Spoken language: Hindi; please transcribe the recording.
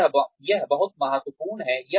तो यह बहुत महत्वपूर्ण है